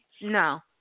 no